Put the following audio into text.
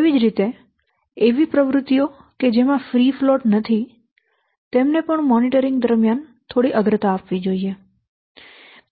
તેવી જ રીતે એવી પ્રવૃત્તિઓ કે જેમાં ફ્રી ફ્લોટ નથી તેમને પણ મોનિટરિંગ દરમિયાન થોડી અગ્રતા આપવી જોઈએ